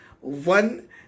one